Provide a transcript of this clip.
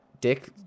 Dick